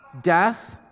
death